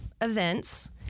events